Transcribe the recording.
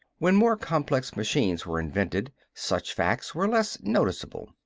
when more complex machines were invented, such facts were less noticeable.